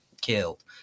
killed